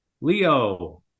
Leo